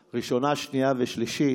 ראשונה, שנייה ושלישית,